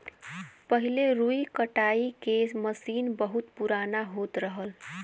पहिले रुई कटाई के मसीन बहुत पुराना होत रहल